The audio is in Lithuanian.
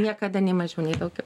niekada nei mažiau nei daugiau